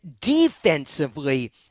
defensively